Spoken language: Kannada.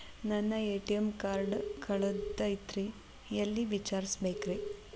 ನನ್ನ ಎ.ಟಿ.ಎಂ ಕಾರ್ಡು ಕಳದದ್ರಿ ಎಲ್ಲಿ ವಿಚಾರಿಸ್ಬೇಕ್ರಿ?